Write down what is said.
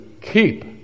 keep